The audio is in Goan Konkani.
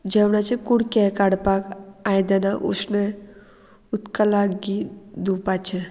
जेवणाचे कुडके काडपाक आयदनां उश्ण उदका लागीं धुवपाचें